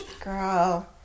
girl